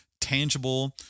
tangible